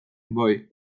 voy